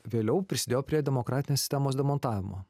vėliau prisidėjo prie demokratinės sistemos demontavimo